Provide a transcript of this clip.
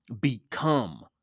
become